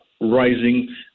rising